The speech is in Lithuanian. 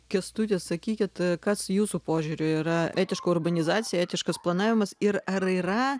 kęstuti sakykit kas jūsų požiūriu yra etiška urbanizacija etiškas planavimas ir ar yra